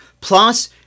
Plus